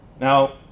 Now